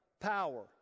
Power